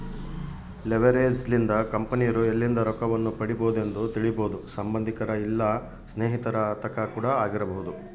leverage ಲಿಂದ ಕಂಪೆನಿರೊ ಎಲ್ಲಿಂದ ರೊಕ್ಕವನ್ನು ಪಡಿಬೊದೆಂದು ತಿಳಿಬೊದು ಸಂಬಂದಿಕರ ಇಲ್ಲ ಸ್ನೇಹಿತರ ತಕ ಕೂಡ ಆಗಿರಬೊದು